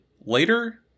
later